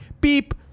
Beep